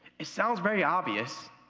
it sounds very obvious,